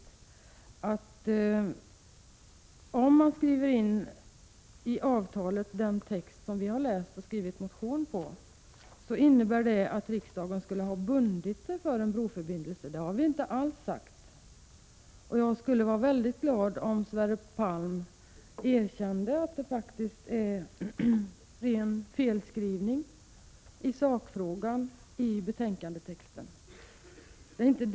Det påstås nämligen där att riksdagen, om vår motionstext skre' 3 in i avtalet i fråga, därmed skulle ha bundit sig för en broförbindelse. Men det överensstämmer inte alls med vad vi har sagt. Jag skulle bli väldigt glad om Sverre Palm erkände att det faktiskt rör sig om en ren felskrivning i sakfrågan när det gäller texten i betänkandet.